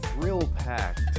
thrill-packed